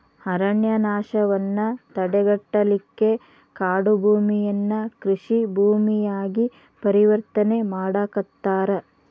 ಅರಣ್ಯನಾಶವನ್ನ ತಡೆಗಟ್ಟಲಿಕ್ಕೆ ಕಾಡುಭೂಮಿಯನ್ನ ಕೃಷಿ ಭೂಮಿಯಾಗಿ ಪರಿವರ್ತನೆ ಮಾಡಾಕತ್ತಾರ